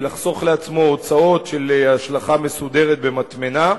לחסוך לעצמו הוצאות של השלכה מסודרת במטמנה,